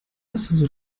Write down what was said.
also